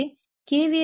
எனவே கே